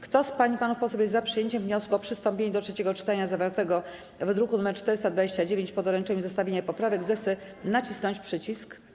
Kto z pań i panów posłów jest za przyjęciem wniosku o przystąpienie do trzeciego czytania projektu ustawy zawartego w druku nr 429, po doręczeniu zestawienia poprawek, zechce nacisnąć przycisk.